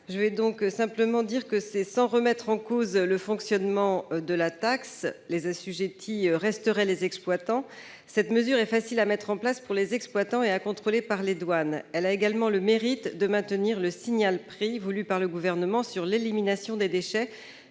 qui a été présenté précédemment. Sans remettre en cause le fonctionnement de la taxe- les assujettis resteraient les exploitants -, une telle mesure est facile à mettre en place pour les exploitants et à contrôler par les douanes. Elle a également le mérite de maintenir le signal-prix voulu par le Gouvernement sur l'élimination des déchets,